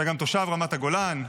אתה גם תושב רמת הגולן,